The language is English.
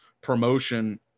promotion